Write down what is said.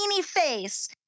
face